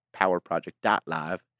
powerproject.live